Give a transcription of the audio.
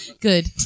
Good